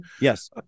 Yes